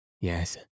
yes